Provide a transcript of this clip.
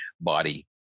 body